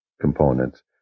components